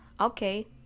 okay